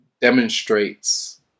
demonstrates